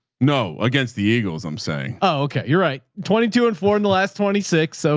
no, against the eagles. i'm saying, oh, okay. you're right. twenty two and four in the last twenty six. so